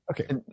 Okay